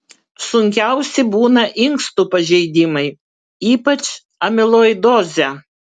sunkiausi būna inkstų pažeidimai ypač amiloidozė